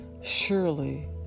Surely